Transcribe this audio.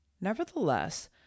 Nevertheless